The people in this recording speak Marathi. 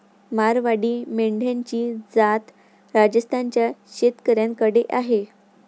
मारवाडी मेंढ्यांची जात राजस्थान च्या शेतकऱ्याकडे आहे